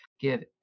give